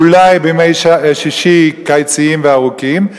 אולי בימי שישי קיציים וארוכים,